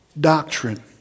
doctrine